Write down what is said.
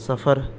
صفر